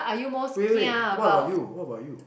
wait wait wait what about you what about you